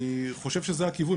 אני חושב שזה הכיוון,